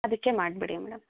ಅದಕ್ಕೆ ಮಾಡಿಬಿಡಿ ಮೇಡಮ್